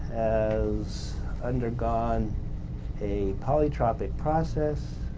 has undergone a polytropic process.